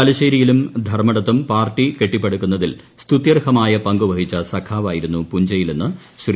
തലശ്ശേരിയിലും ധർമ്മടത്തും പാർട്ടി കെട്ടിപ്പടുക്കുന്നതിൽ സ്തുത്യർഹമായ പങ്കു വഹിച്ച സഖാവ്വായിരുന്നു പുഞ്ചയിൽ എന്ന് ശ്രീ